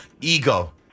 Ego